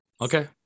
Okay